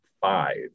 five